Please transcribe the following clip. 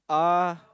ah